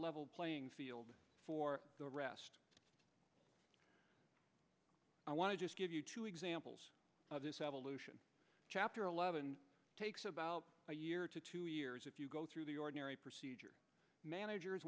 level playing field for the rest i want to just give you two examples of this evolution chapter eleven takes about a year to two years if you go through the ordinary procedure managers